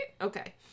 Okay